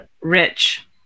rich